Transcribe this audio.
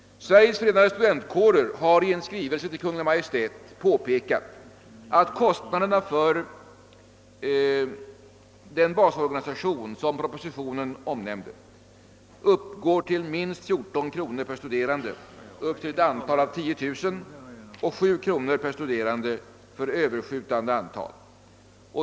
Sveriges förenade studentkårer har i skrivelse till Kungl. Maj:t påpekat att kostnaderna för den basorganisation, som propositionen avser, uppgår till minst 14 kronor per studerande upp till ett antal av 10 000 och 7 kronor per studerande för överskjutande antal.